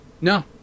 No